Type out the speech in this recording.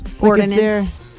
ordinance